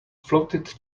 floated